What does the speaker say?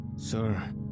Sir